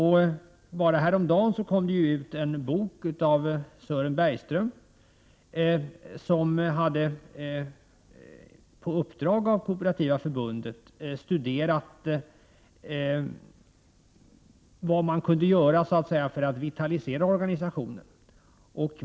Häromdagen utgavs en bok av Sören Bergström, som på uppdrag av Kooperativa förbundet hade studerat vad som kunde göras för att vitalisera organisationen.